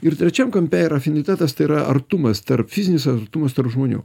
ir trečiam kampe yra finitetas tai yra artumas tarp fizinis artumas tarp žmonių